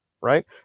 right